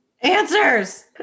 Answers